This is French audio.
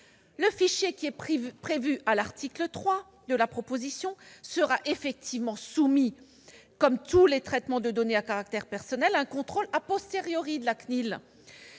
le fichier prévu à l'article 3 de la proposition de loi sera effectivement soumis, comme tous les traitements de données à caractère personnel, à un contrôle de la CNIL.